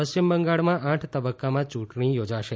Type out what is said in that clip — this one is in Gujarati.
પશ્ચિમ બંગાળમાં આઠ તબકકામાં યૂંટણી યોજાશે